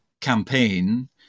campaign